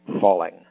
falling